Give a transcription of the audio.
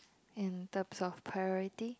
in terms of priority